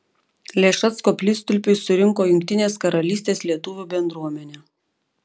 lėšas koplytstulpiui surinko jungtinės karalystės lietuvių bendruomenė